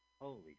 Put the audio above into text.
Holy